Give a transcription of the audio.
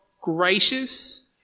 gracious